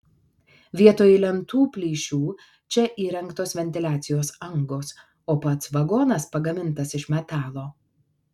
vietoj lentų plyšių čia įrengtos ventiliacijos angos o pats vagonas pagamintas iš metalo